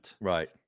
Right